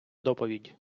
доповідь